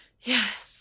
Yes